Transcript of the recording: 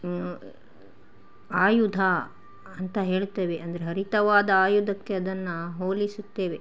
ಆಯುಧ ಅಂತ ಹೇಳುತ್ತೇವೆ ಅಂದ್ರೆ ಹರಿತವಾದ ಆಯುಧಕ್ಕೆ ಅದನ್ನು ಹೋಲಿಸುತ್ತೇವೆ